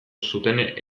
zuten